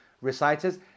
reciters